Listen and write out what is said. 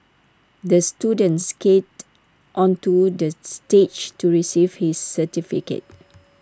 the student skated onto the stage to receive his certificate